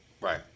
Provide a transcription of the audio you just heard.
Right